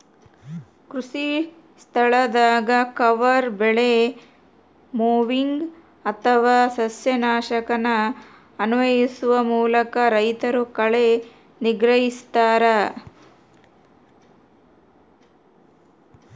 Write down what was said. ಕೃಷಿಸ್ಥಳದಾಗ ಕವರ್ ಬೆಳೆ ಮೊವಿಂಗ್ ಅಥವಾ ಸಸ್ಯನಾಶಕನ ಅನ್ವಯಿಸುವ ಮೂಲಕ ರೈತರು ಕಳೆ ನಿಗ್ರಹಿಸ್ತರ